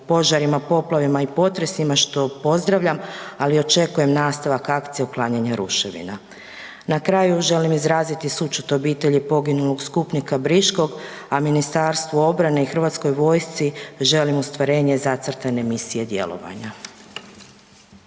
požarima, poplavama i potresima što pozdravljam, ali očekujem nastavak akcija uklanjanja ruševina. Na kraju želim izraziti sućut obitelji poginulog skupnika Briškog, a Ministarstvu obrane i Hrvatskoj vojsci želim ostvarenje zacrtane misije djelovanja.